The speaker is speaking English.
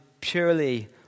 purely